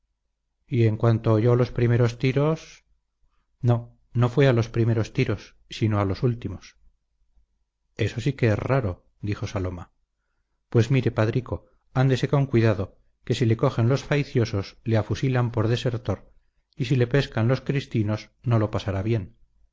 y en cuanto oyó los primeros tiros no no fue a los primeros tiros sino a los últimos eso sí que es raro dijo saloma pues mire padrico ándese con cuidado que si le cogen los faiciosos le afusilan por desertor y si le pescan los cristinos no lo pasará bien